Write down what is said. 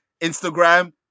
Instagram